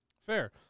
fair